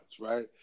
right